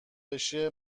بشه